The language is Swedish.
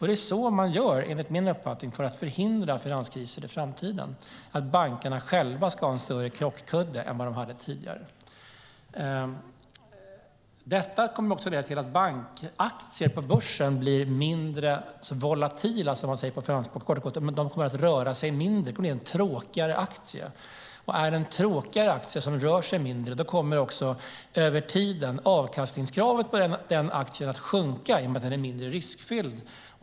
Enligt min uppfattning är det så man gör för att förhindra finanskriser i framtiden, det vill säga att bankerna själva ska ha en större krockkudde än de hade tidigare. Detta kommer också att leda till att bankaktier på börsen blir mindre volatila, som man säger på finansspråk. De kommer kort och gott att röra sig mindre. De kommer att bli tråkigare aktier. Om det är en tråkig aktie som rör sig mindre kommer också avkastningskravet på den aktien över tiden att sjunka i och med att den är mindre riskfylld.